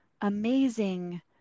amazing